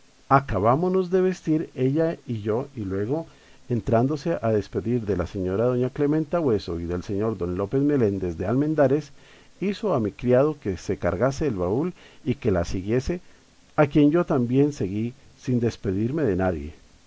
acabámonos de vestir ella y yo y luego entrándose a despedir de la señora doña clementa bueso y del señor don lope meléndez de almendárez hizo a mi criado que se cargase el baúl y que la siguiese a quien yo también seguí sin despedirme de nadie